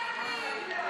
היא תעשה לנו שיימינג.